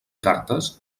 cartes